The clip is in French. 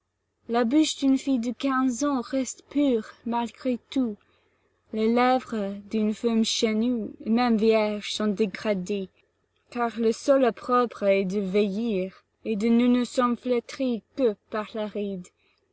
la bouche d'une fille de quinze ans reste pure malgré tout les lèvres d'une femme chenue même vierges sont dégradées car le seul opprobre est de vieillir et nous ne sommes flétries que par la ride